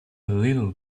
little